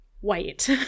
white